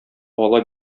ала